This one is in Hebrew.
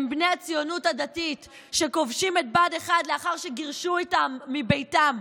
הם בני הציונות הדתית שכובשים את בה"ד 1 לאחר שגירשו אותם מביתם.